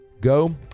Go